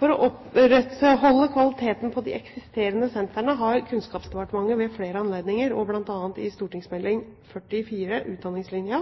For å opprettholde kvaliteten på de eksisterende sentrene har Kunnskapsdepartementet ved flere anledninger, og bl.a. i St.meld. nr. 44 for 2008–2009, Utdanningslinja,